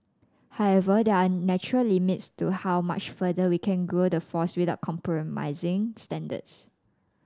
however there are natural limits to how much further we can grow the force without compromising standards